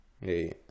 hey